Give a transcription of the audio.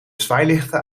zwaailichten